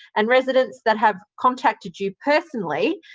and residents that have contacted you personally,